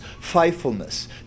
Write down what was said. faithfulness